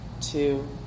two